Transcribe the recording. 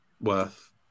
worth